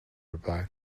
reply